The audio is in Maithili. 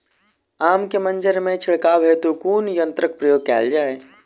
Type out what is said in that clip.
आम केँ मंजर मे छिड़काव हेतु कुन यंत्रक प्रयोग कैल जाय?